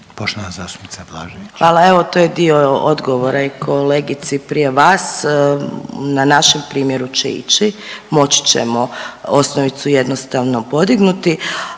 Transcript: Anamarija (HDZ)** Hvala. Evo, to je dio odgovora i kolegici prije vas. Na našem primjeru će ići. Moći ćemo osnovicu jednostavno podignuti.